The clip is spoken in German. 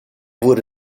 wurde